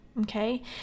okay